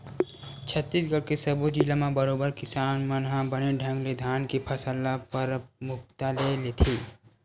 छत्तीसगढ़ के सब्बो जिला म बरोबर किसान मन ह बने ढंग ले धान के फसल ल परमुखता ले लेथे